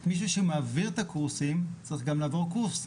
זאת אומרת, מי שמעביר את הקורסים צריך לעבור קורס.